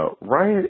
right